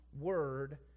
word